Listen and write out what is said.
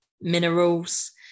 minerals